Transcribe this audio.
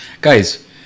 Guys